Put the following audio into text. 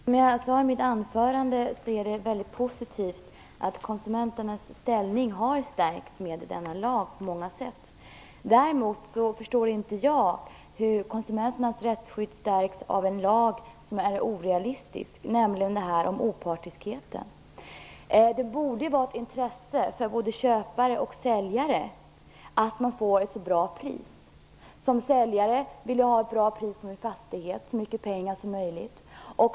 Fru talman! Som jag sade i mitt anförande tycker jag att det är väldigt positivt att konsumenternas ställning på många sätt stärks med denna lag. Däremot förstår inte jag hur konsumenternas rättsskydd stärks av en lag som är orealistisk vad gäller opartiskheten. Det borde vara av intresse för både köpare och säljare att man får ett bra pris. Som säljare vill du ha ett bra pris på din fastighet, så mycket som möjligt.